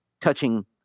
touching